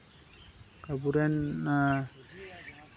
ᱟᱵᱚ ᱨᱮᱱ